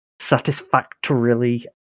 satisfactorily